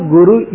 Guru